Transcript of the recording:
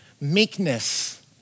meekness